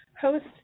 host